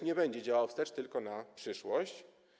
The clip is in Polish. Nie będzie działał wstecz, tylko na przyszłość.